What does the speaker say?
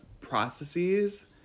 processes